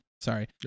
sorry